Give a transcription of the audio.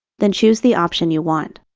then choose the option you want.